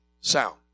sound